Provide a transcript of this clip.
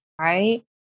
Right